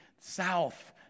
south